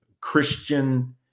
Christian